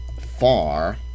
Far